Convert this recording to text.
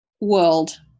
World